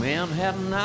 Manhattan